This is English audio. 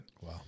Wow